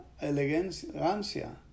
elegancia